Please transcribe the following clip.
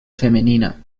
femenina